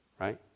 right